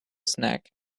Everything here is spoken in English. snack